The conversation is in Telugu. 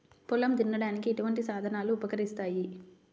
పొలం దున్నడానికి ఎటువంటి సాధనలు ఉపకరిస్తాయి?